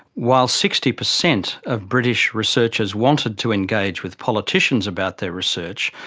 while sixty per cent of british researchers wanted to engage with politicians about their research,